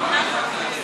מה ההחלטה?